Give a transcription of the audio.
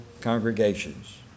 congregations